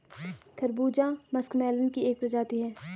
खरबूजा मस्कमेलन की एक प्रजाति है